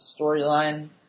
storyline